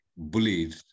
bullied